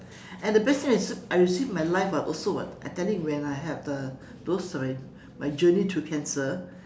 and the best thing I I receive in my life was also what I tell you when I have uh those my my journey through cancer